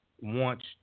wants